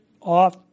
off